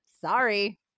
Sorry